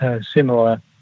similar